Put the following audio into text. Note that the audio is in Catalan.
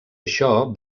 això